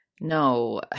no